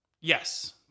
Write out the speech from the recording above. Yes